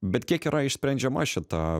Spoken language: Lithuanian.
bet kiek yra išsprendžiama šita